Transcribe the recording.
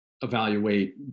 evaluate